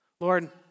Lord